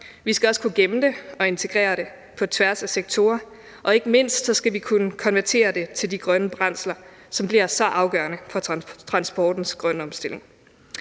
vi skal også kunne gemme det og integrere det på tværs af sektorer, og ikke mindst skal vi kunne konvertere det til de grønne brændsler, som bliver så afgørende for transportens grønne omstilling.